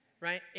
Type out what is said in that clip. right